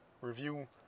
review